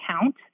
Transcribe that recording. count